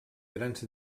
grans